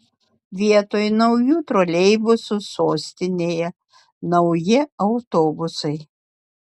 vietoj naujų troleibusų sostinėje nauji autobusai